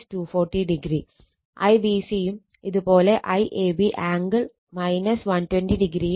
IBC യും ഇതുപോലെ IAB angle 120o എന്ന് ലഭിക്കും